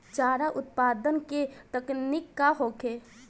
चारा उत्पादन के तकनीक का होखे?